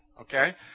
Okay